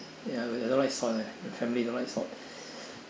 ya I don't like salt uh my family don't like salt